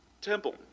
temple